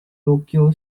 tokyo